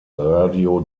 radio